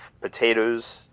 potatoes